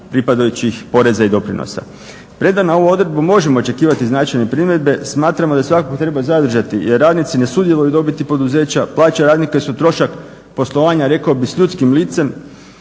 pripadajućih poreza i doprinosa. Premda na ovu odredbu možemo očekivati značajne primjedbe smatramo da svakako treba zadržati jer radnici ne sudjeluju u dobiti poduzeća, plaće radnika su trošak poslovanja rekao bih s ljudskim licem.